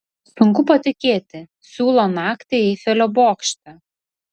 sunku patikėti siūlo naktį eifelio bokšte